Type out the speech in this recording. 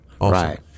Right